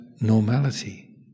normality